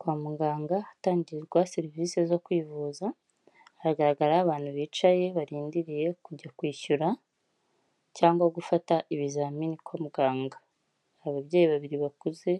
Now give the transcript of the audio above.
Kwa muganga hatangirwa serivisi zo kwivuza, hagaragaraho abantu bicaye barindiriye kujya kwishyura cyangwa gufata ibizamini kwa muganga, ababyeyi babiri bakuze